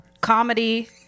comedy